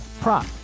prop